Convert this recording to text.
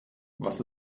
was